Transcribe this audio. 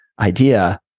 idea